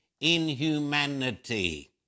inhumanity